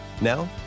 Now